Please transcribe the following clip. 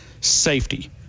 safety